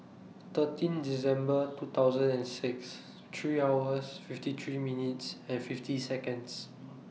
thirteen December two thousand and six three hours fifty three minutes and fifty Seconds